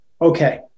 okay